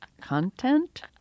content